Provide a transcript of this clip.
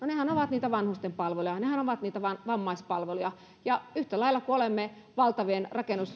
nehän ovat niitä vanhustenpalveluja nehän ovat niitä vammaispalveluja ja yhtä lailla kun olemme valtavien